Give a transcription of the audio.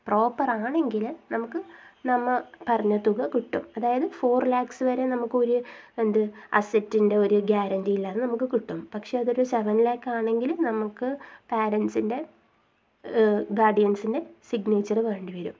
പ്രോപ്പറാണെങ്കിൽ നമുക്ക് നമ്മൾ പറഞ്ഞ തുക കിട്ടും അതായത് ഫോർ ലാക്സ് വരെ നമുക്ക് ഒരു എന്ത് അസെറ്റിൻ്റെ ഒരു ഗ്യാരൻ്റിയില്ലാതെ നമുക്ക് കിട്ടും പക്ഷെ അതൊരു സെവൻ ലാക്സ് ആണെങ്കിൽ നമുക്ക് പാരൻ്റ്സ്ൻ്റെ ഗാഡിയൻസിൻ്റെ സിഗ്നേച്ചർ വേണ്ടി വരും